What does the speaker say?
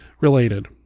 related